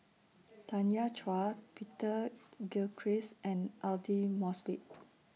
Tanya Chua Peter Gilchrist and Aidli Mosbit